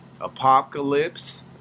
apocalypse